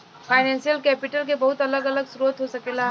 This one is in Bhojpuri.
फाइनेंशियल कैपिटल के बहुत अलग अलग स्रोत हो सकेला